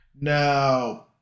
Now